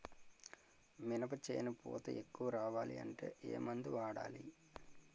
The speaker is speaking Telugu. మినప చేను పూత ఎక్కువ రావాలి అంటే ఏమందు వాడాలి?